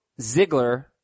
Ziggler